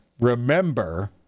remember